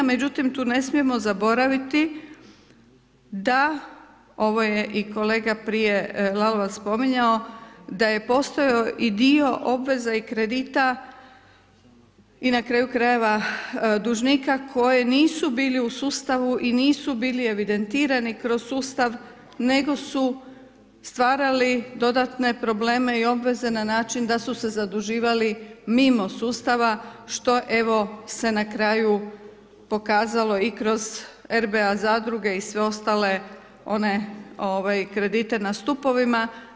Međutim, tu ne smijemo zaboraviti da, ovo je i kolega Lalovac prije spominjao, da je postojao i dio obveza i kredita i na kraju krajeva dužnika koji nisu bili u sustavu i nisu bili evidentirani kroz sustav, nego su stvarali dodatne probleme i obveze na način da su se zaduživali mimo sustava što evo, se na kraju pokazalo i kroz RBA zadruge i sve ostale one kredite na stupovima.